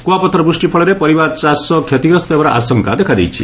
କୁଆପଥର ବୃଷ୍ଟି ଫଳରେ ପରିବାର ଚାଷ କ୍ଷତିଗ୍ରସ୍ତ ହେବାର ଆଶଙ୍କା ଦେଖାଯାଇଛି